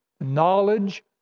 knowledge